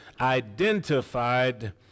Identified